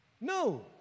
No